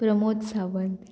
Pramod Sawant